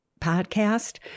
podcast